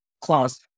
clause